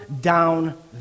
down